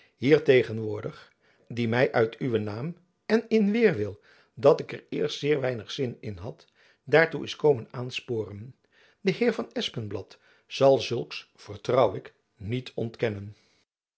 hier tegenwoordig die my uit uwen naam en in weêrwil dat ik er eerst zeer weinig zin in had daartoe is komen aansporen de heer van espenblad zal zulks vertrouw ik niet ontkennen